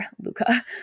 Luca